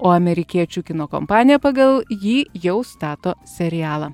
o amerikiečių kino kompanija pagal jį jau stato serialą